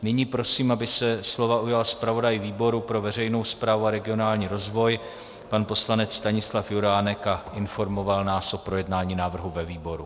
Nyní prosím, aby se slova ujal zpravodaj výboru pro veřejnou správu a regionální rozvoj pan poslanec Stanislav Juránek a informoval nás o projednání návrhu ve výboru.